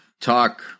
talk